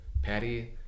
Patty